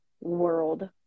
world